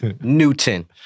Newton